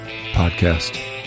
Podcast